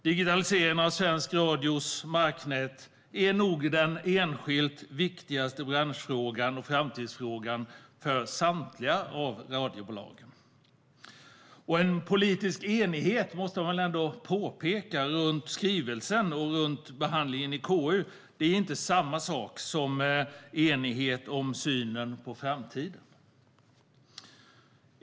Digitaliseringen av svensk radios marknät är nog den enskilt viktigaste branschfrågan och framtidsfrågan för samtliga av radiobolagen. Man måste ändå påpeka att en politisk enighet när det gäller skrivelsen och behandlingen i KU inte är samma sak som enighet om synen på framtiden.